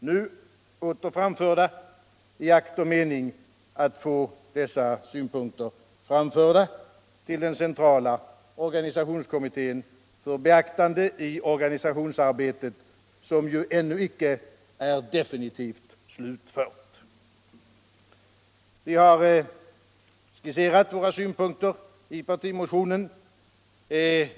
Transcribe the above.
Nu tar vi åter upp dem i akt och mening att få dessa synpunkter framförda vill den centrala organisationskommittén för beaktande i organisationsarbetet, som ju ännu inte är definitivt slutfört. Vi har i partimotionen skisserat våra synpunkter.